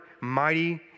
mighty